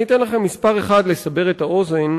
אתן לכם מספר אחד, לסבר את האוזן: